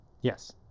Yes